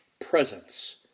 presence